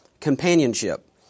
companionship